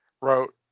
wrote